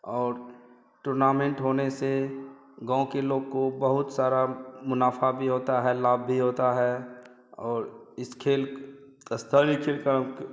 और टुर्नामेंट होने से गाँव के लोग को बहुत सारा मुनाफा भी होता है लाभ भी होता है और इस खेल का सभी